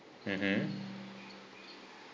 mmhmm